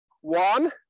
one